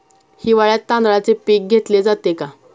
हिवाळ्यात तांदळाचे पीक घेतले जाते का?